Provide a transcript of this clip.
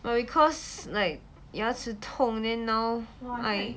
but because like 牙齿痛 then now I